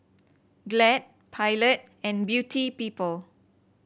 Glad Pilot and Beauty People